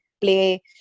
play